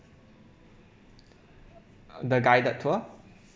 the guided tour